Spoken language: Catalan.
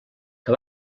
que